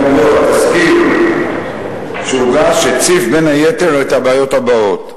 התסקיר שהוגש הציף בין היתר את הבעיות הבאות: